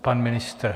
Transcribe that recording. Pan ministr.